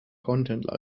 content